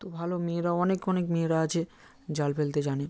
তো ভালো মেয়েরাও অনেক অনেক মেয়েরা আচে জাল ফেলতে জানে